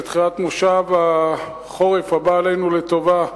לתחילת המושב הבא עלינו לטובה,